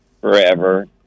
forever